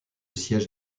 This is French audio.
siège